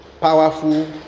powerful